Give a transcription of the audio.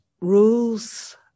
rules